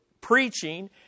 preaching